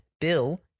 Bill